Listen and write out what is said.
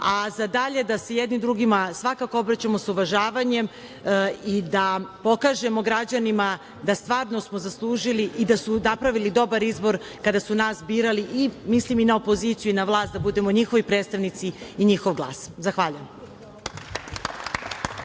a za dalje da se jedni drugima svakako obraćamo sa uvažavanjem i da pokažemo građanima da smo stvarno zaslužili i da su napravili dobar izbor kada su nas birali i mislim i na opoziciju i na vlast da budemo njihovi predstavnici i njihov glas. Zahvaljujem.